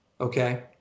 Okay